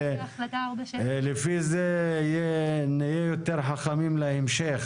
לפי זה נהיה יותר חכמים להמשך.